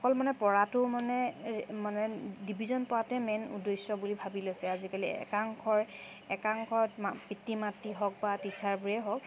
অকল মানে পৰাটো মানে মানে ডিভিজন পোৱাটোৱেই মেইন উদ্দেশ্য বুলি ভাবি লৈছে আজিকালি একাংশই একাংশ পিতৃ মাতৃ হওক বা টিচাৰবোৰে হওক